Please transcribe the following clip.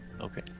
Okay